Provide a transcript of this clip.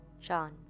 John